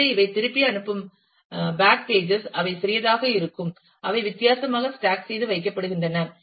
எனவே இவை திருப்பி அனுப்பும் பேக் பேஜஸ் அவை சிறியதாக இருக்கும் அவை வித்தியாசமாக ஸ்டாக் செய்து வைக்கப்படுகின்றன